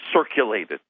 circulated